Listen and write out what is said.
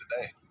today